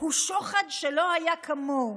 הוא שוחד שלא היה כמוהו.